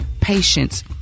patience